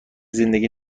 زندگی